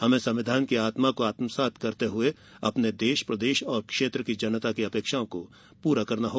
हमें संविधान की आत्मा को आत्मसात कर अपने देश प्रदेश और क्षेत्र की जनता की अपेक्षाओं को पूरा करना है